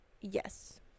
Yes